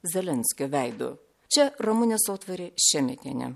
zelenskio veidu čia ramunė sotvarienė šemetienė